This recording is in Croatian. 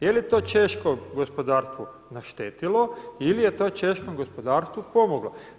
Je li to češko gospodarstvu naštetilo ili je to češkom gospodarstvu pomoglo?